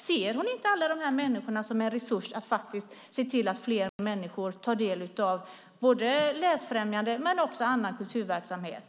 Ser hon inte alla dessa människor som är en resurs och som ser till att fler människor tar del av både läsande och annan kulturverksamhet?